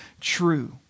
true